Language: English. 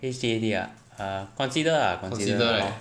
H_T_H_T ah err consider lah consider lah hor